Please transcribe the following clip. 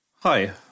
Hi